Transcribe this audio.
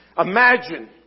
Imagine